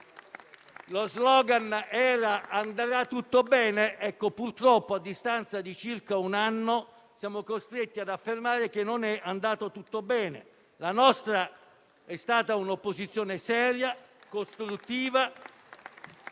lo *slogan*: «Andrà tutto bene». Ecco, purtroppo, a distanza di circa un anno, siamo costretti ad affermare che non è andato tutto bene. La nostra è stata una opposizione seria e costruttiva,